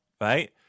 right